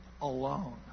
alone